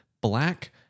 black